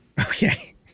Okay